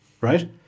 right